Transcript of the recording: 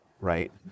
right